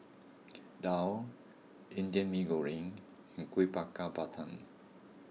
Daal Indian Mee Goreng and Kuih Bakar Pandan